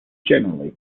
generally